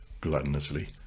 gluttonously